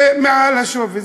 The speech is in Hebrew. זה מעל לשווי.